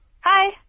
Hi